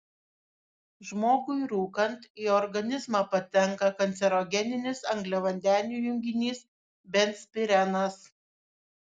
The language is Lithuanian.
žmogui rūkant į organizmą patenka kancerogeninis angliavandenių junginys benzpirenas